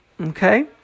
okay